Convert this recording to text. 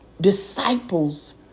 disciples